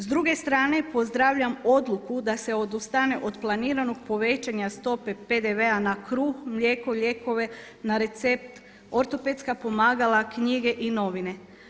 S druge strane pozdravljam odluku da se odustane od planiranog povećanja stope PDV-a na kruh, mlijeko, lijekove, na recept, ortopedska pomagala, knjige i novine.